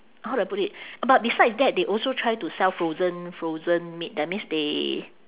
how do I put it but besides that they also try to sell frozen frozen meat that means they